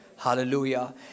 Hallelujah